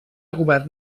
govern